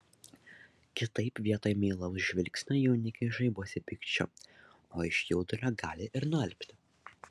kitaip vietoj meilaus žvilgsnio jaunikiui žaibuosi pykčiu o iš jaudulio gali ir nualpti